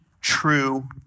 true